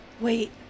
Wait